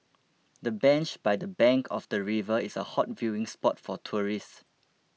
the bench by the bank of the river is a hot viewing spot for tourists